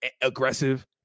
aggressive